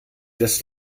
das